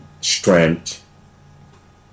strength